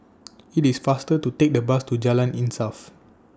IT IS faster to Take The Bus to Jalan Insaf